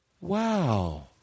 Wow